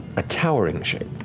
a towering shape.